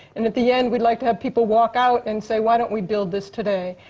and at the end we'd like to have people walk out and say why don't we build this today?